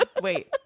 wait